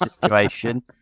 situation